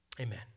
Amen